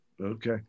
okay